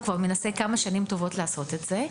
מנסה כמה שנים טובות לעשות את זה,